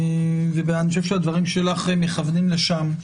ואני חושב שהדברים שלך מכוונים לשם.